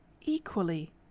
Equally